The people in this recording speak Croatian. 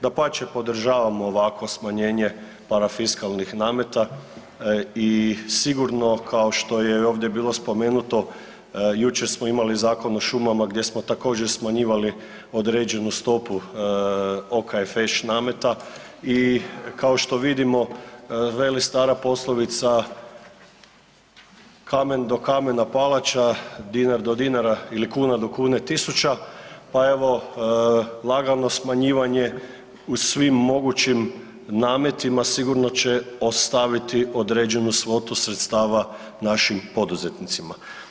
Dapače, podržavam ovakvo smanjenje parafiskalnih nameta i sigurno kao što je i ovdje bilo spomenuto, jučer smo imali Zakon o šumama gdje smo također smanjivali određenu stopu OKFŠ nameta i kao što vidimo, veli stara poslovica „kamen do kamena palača, dinar do dinara ili kuna do kune tisuća“ pa evo lagano smanjivanje u svim mogućim nametima sigurno će ostaviti određenu svotu sredstava našim poduzetnicima.